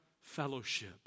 fellowship